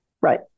Right